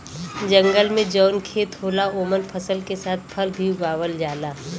जंगल में जौन खेत होला ओमन फसल के साथ फल भी उगावल जाला